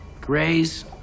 Gray's